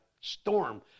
storm